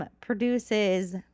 produces